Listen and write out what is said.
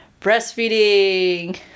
breastfeeding